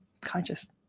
conscious